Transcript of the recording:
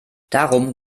darum